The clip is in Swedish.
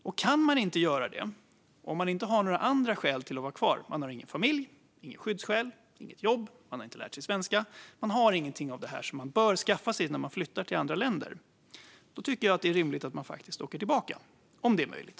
Om man inte kan göra det och inte har andra skäl för att vara kvar - man har ingen familj, inget skyddsskäl, inget jobb och ingen svenska, alltså det man bör skaffa sig när man flyttat till ett annat land - då är det rimligt att man åker tillbaka, om det är möjligt.